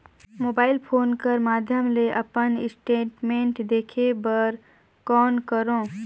Mobile phone कर माध्यम ले अपन स्टेटमेंट देखे बर कौन करों?